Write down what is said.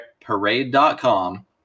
parade.com